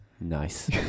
Nice